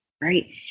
right